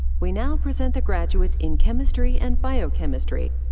we now present the graduates in chemistry and biochemistry.